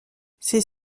ses